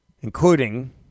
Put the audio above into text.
Including